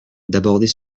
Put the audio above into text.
d’aborder